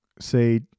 say